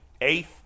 Eighth